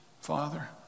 Father